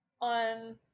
on